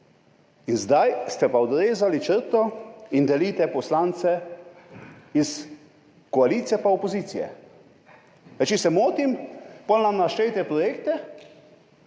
Zdaj ste pa odrezali črto in delite poslance na iz koalicije pa iz opozicije. Če se motim, potem nam naštejte projekte